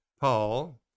Paul